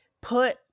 put